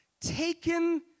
taken